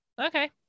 Okay